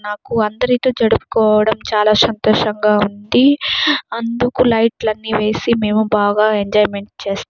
నాకు అందరితో జరుపుకోవడం నాకు చాలా సంతోషంగా ఉంది అందుకు లైట్లన్నీ వేసి మేము బాగా ఎంజాయిమెంట్ చేస్తాము